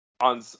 on